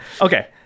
Okay